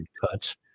cuts